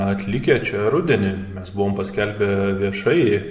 atlikę čia rudenį mes buvom paskelbę viešai